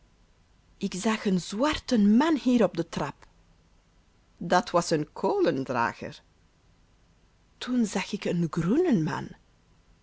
ik zag een zwarten man hier op de trap dat was een kolendrager toen zag ik een groenen man